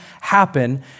happen